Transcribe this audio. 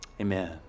Amen